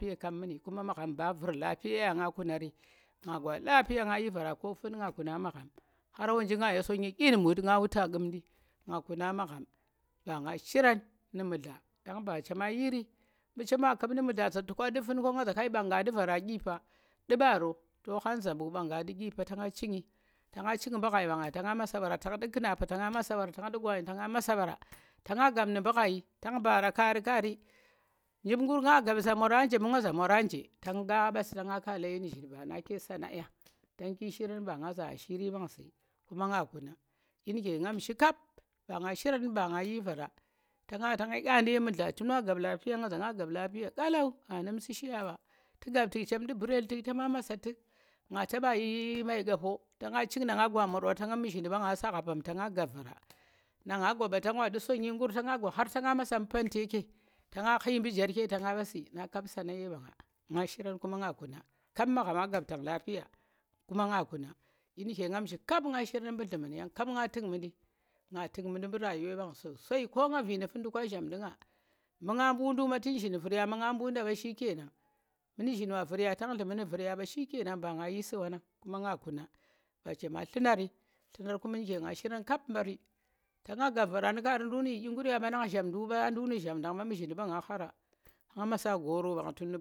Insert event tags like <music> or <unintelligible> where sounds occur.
<unintelligible> lapiya kap muni yang magham ba vur lapiya ya nga kunari nga gwa lapiya nga yi vara ko fun nga kuna magham har wonji nga yi sonyi ɗyin mut nga wuta ƙumndi, nga kuna magham ba nga shirang nu̱ mu̱dla yang ba chema yiiri mu̱ chema ku̱m nu̱ mu̱dla za toka ndu̱ fun ɗo? nga za ka nɗu̱ vara ɗyipa nɗu ɓaro to khan zambuk mban nga ndu dyipa ta nga cingi ta nga ching mɗu̱ ghai ɓa nga ta nga masa ɓara tang ndɗ knapa ta nga masa ɓara, tanga ɗu̱ ghayi tanga masabara ta nga gap nu mbu ghayi tan bara kaari kaari, njim kur nga gaɓi za mora nje mu? nga za mora nje, tanga basi tanga kala ye nu̱zhin ba nake sanaye tang ki shiran ba nga za ashiiri bang, si kuma nga kuna ɗyi nu̱ ke gham shi kap ba nga shiran ba nga yi vara ta nga ɓa tang yi gaandi ye mu̱dlaa tu̱na gap lapiya nga za nga gap lapiya kalau aanum su̱ shiya ɓa, tu̱ gap tu̱k chem nɗu̱ mbu̱ryel tu̱k chema masa tu̱k nga taɓa yi maikafo tanga ching na nga gwa mor ɓa tu̱ muzhinɗu̱ ɓanga zagha bam ta nga gap vara, nga taɓa yi sonyi kur ta nga gwa har tanga masa mɗu̱ panteke, ta nga ghi mɗu̱ jerke tanga ɓasi na kap sanaye mɓa nga, nga shiran kuma ang kuji kap maghama gap tan lafiya kuma nga zuni ɗyii nu̱ke ngam shi kap nga shiran mɗu̱ dlu̱man yang kap nga tu̱k munɗi. nga tuk mundi mbu rayuwe mban sosai ko nga vi nu̱ fun nɗu̱kya njamdinya mbu nga mbu nda mba muzhindi mba nga khara nga masa goro mba tu.